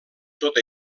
tot